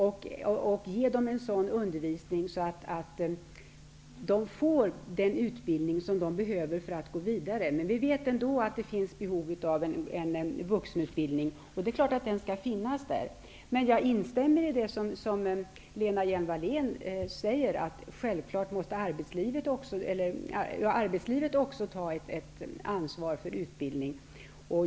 Man bör ge dem en sådan undervisning att de får den utbildning som de behöver för att gå vidare. Men vi vet att det ändå finns behov av en vuxenutbildning. Det är klart att den skall finnas där. Jag instämmer i det som Lena Hjelm-Walle n säger om att arbetslivet självfallet också måste ta ett ansvar för utbildning.